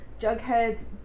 Jughead's